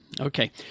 Okay